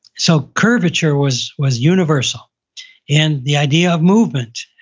so curvature was was universal and the idea of movement,